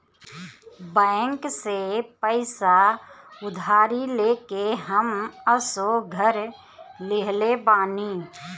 bank से पईसा उधारी लेके हम असो घर लीहले बानी